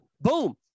boom